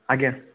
ଆଜ୍ଞା